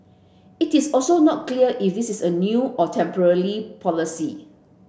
it is also not clear if this is a new or temporarily policy